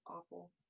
awful